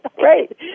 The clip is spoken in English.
Right